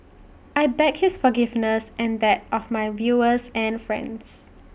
I beg his forgiveness and that of my viewers and friends